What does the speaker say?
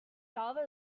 java